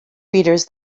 readers